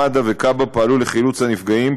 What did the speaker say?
מד"א וכב"ה פעלו לחילוץ הנפגעים,